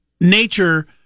nature